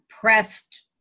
pressed